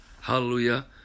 Hallelujah